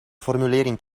formulering